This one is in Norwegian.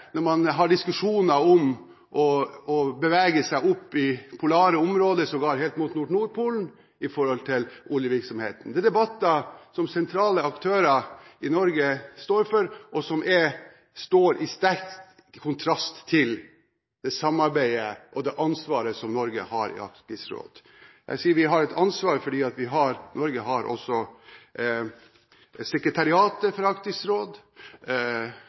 når man har diskusjoner om å bevege seg opp i polare områder – sågar helt opp mot Nordpolen – med tanke på oljevirksomhet. Det er debatter som sentrale aktører i Norge står for, og som står i sterk kontrast til det samarbeidet og det ansvaret som Norge har i Arktisk råd. Jeg sier at vi har et ansvar, for Norge har også sekretariatet for Arktisk råd,